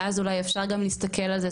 ואז אולי אפשר גם להסתכל על זה,